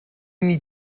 need